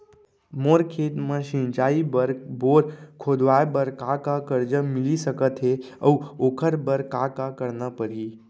मोर खेत म सिंचाई बर बोर खोदवाये बर का का करजा मिलिस सकत हे अऊ ओखर बर का का करना परही?